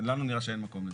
לנו נראה שאין מקום לזה.